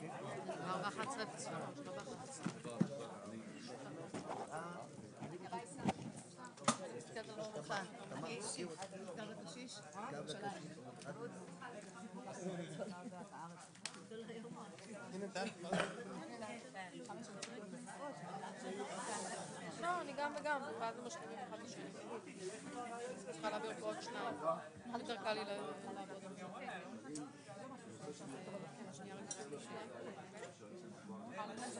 11:03.